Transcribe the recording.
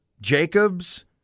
Jacobs